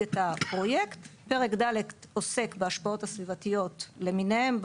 את הפרויקט; פרק ד' עוסק בהשפעות הסביבתיות למיניהן,